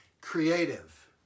creative